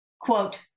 quote